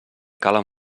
calen